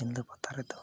ᱥᱤᱞᱫᱟᱹ ᱯᱟᱛᱟ ᱨᱮᱫᱚ